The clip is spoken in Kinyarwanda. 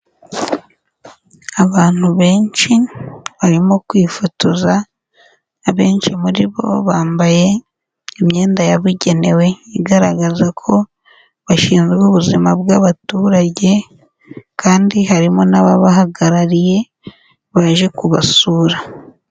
Abantu benshi barimo kwifotoza, abenshi muri bo bambaye imyenda yabugenewe, igaragaza ko bashinzwe ubuzima bw'abaturage kandi harimo n'ababahagarariye baje kubasura.